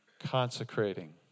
consecrating